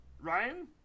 Ryan